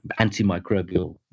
antimicrobial